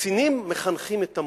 הקצינים מחנכים את המורים.